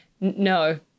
no